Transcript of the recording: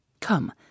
Come